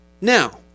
Now